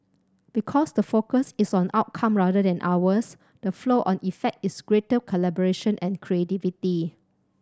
because the focus is on outcome rather than hours the flow on effect is greater collaboration and creativity